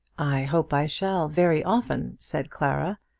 i hope i shall, very often, said clara.